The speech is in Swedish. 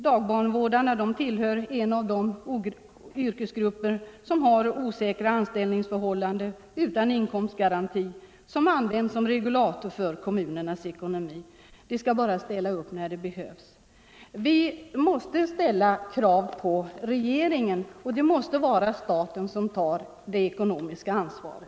Dagbarnvårdarna är en av de yrkesgrupper som har osäkra anställningsförhållanden utan inkomstgaranti, som använts som regulator för kommunernas ekonomi. De skall bara ställa upp när de behövs. Vi måste ställa krav på regeringen, och det måste vara staten som tar det ekonomiska ansvaret.